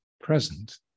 present